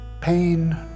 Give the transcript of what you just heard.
Pain